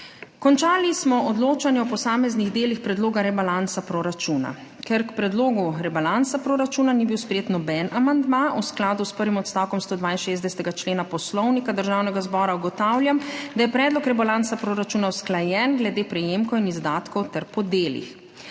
Končali smo odločanje o posameznih delih Predloga rebalansa Proračuna. Ker k Predlogu rebalansa Proračuna ni bil sprejet noben amandma, v skladu s prvim odstavkom 162. člena Poslovnika Državnega zbora ugotavljam, da je Predlog rebalansa Proračuna usklajen glede prejemkov in izdatkov ter po delih.